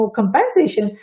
compensation